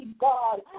God